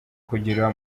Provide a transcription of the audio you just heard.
kugira